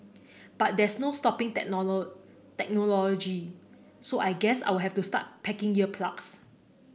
but there's no stopping technology so I guess I'll have to start packing ear plugs